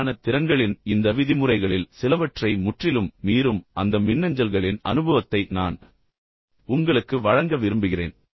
மென்மையான திறன்களின் இந்த விதிமுறைகளில் சிலவற்றை முற்றிலும் மீறும் அந்த மின்னஞ்சல்களின் அனுபவத்தை நான் உங்களுக்கு வழங்க விரும்புகிறேன்